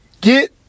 get